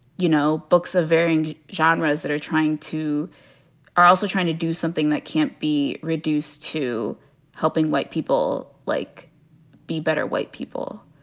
you know, books of varying genres that are trying to are also trying to do something that can't be reduced to helping white people like be better white people.